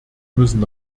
müssen